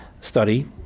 study